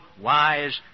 wise